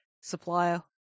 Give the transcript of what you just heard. supplier